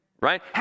right